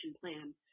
plan